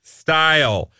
style